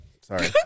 sorry